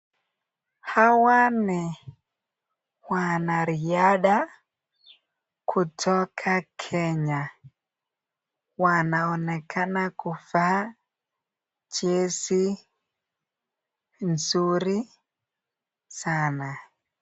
Hawa ni wanariadha kutoka Kenya. Wanaonekana kuvaa jezi nzuri sana.